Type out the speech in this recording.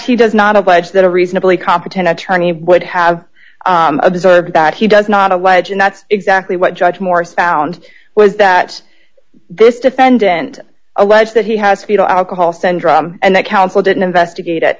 he does not oblige that a reasonably competent attorney would have observed that he does not allege and that's exactly what judge morris found was that this defendant alleged that he has fetal alcohol syndrome and that counsel didn't investigate it